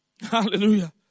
Hallelujah